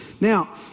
Now